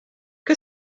que